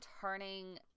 turning